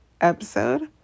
episode